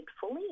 fully